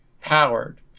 powered